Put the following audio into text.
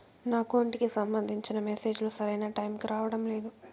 నా అకౌంట్ కి సంబంధించిన మెసేజ్ లు సరైన టైముకి రావడం లేదు